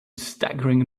staggering